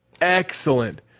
excellent